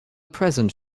present